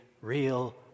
real